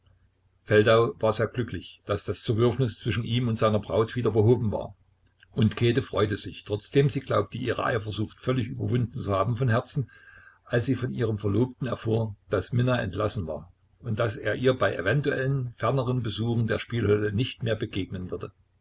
feldau war sehr glücklich daß das zerwürfnis zwischen ihm und seiner braut wieder behoben war und käthe freute sich trotzdem sie glaubte ihre eifersucht völlig überwunden zu haben von herzen als sie von ihrem verlobten erfuhr daß minna entlassen war und daß er ihr bei eventuellen ferneren besuchen der spielhölle nicht mehr begegnen würde